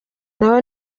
nabo